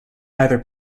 either